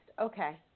Okay